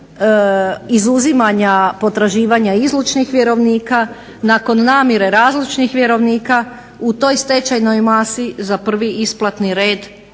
izuzimanja potraživanja izlučnih vjerovnika, nakon namjere razlučnih vjerovnika u toj stečajnoj masi za prvi isplatni red